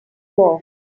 war